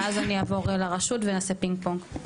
ואז אני אעבור לרשות ונעשה פינג פונג.